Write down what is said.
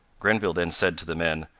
grenville then said to the men,